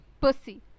pussy